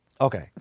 Okay